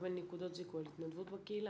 לקבל נקודות זיכוי על התנדבות בקהילה.